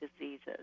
diseases